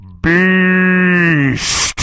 Beast